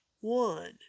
one